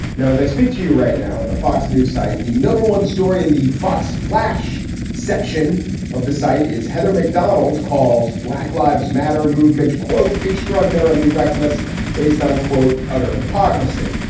now, as i speak to you right now in the fox news site, the number one story in the fox flash section of the site is heather mcdonald calls black lives matter movement, quote, extraordinarily reckless based on, quote, utter hypocrisy.